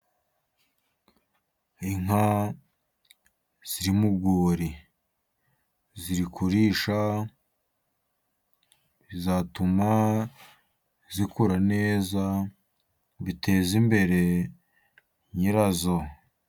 Inka ziri mu rwuri ziri kurisha, bizatuma zikura neza, biteze imbere nyirazo.